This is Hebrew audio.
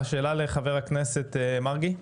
שאלה לחבר הכנסת מרגי.